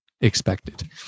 expected